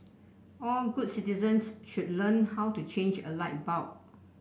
all good citizens should learn how to change a light bulb